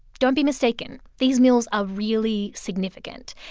don't be mistaken. these mills are really significant.